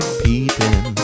peeping